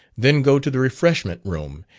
then go to the refreshment room,